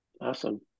Awesome